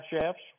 shafts